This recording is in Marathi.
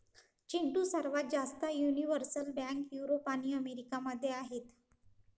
चिंटू, सर्वात जास्त युनिव्हर्सल बँक युरोप आणि अमेरिका मध्ये आहेत